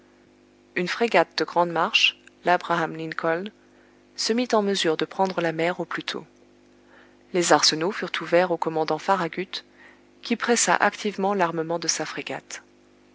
une frégate de grande marche labraham lincoln se mit en mesure de prendre la mer au plus tôt les arsenaux furent ouverts au commandant farragut qui pressa activement l'armement de sa frégate